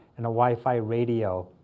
and a wi-fi radio.